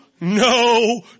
no